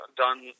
done